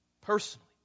personally